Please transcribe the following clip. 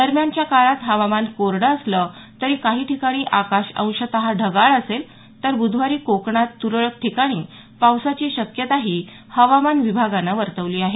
दरम्यानच्या काळात हवामान कोरडं असलं तरी काही ठिकाणी आकाश अंशतः ढगाळ असेल तर ब्रधवारी कोकणात तुरळक ठिकाणी पावसाची शक्यता ही हवामान विभागानं वर्तवली आहे